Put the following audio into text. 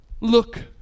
Look